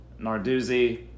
Narduzzi